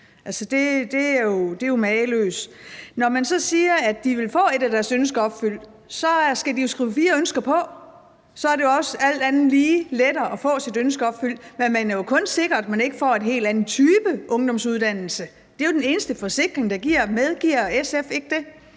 det er jo mageløst. Man siger så, at de vil få et af deres ønsker opfyldt, og de skal jo skrive fire ønsker på. Så er det jo alt andet lige også lettere at få sit ønske opfyldt, men man er jo kun sikret, at man ikke får en helt anden type ungdomsuddannelse. Det er jo den eneste forsikring, det giver. Medgiver SF ikke det?